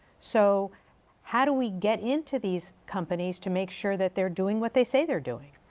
so how do we get into these companies to make sure that they're doing what they say they're doing.